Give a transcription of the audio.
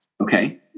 Okay